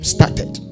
Started